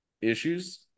issues